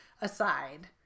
aside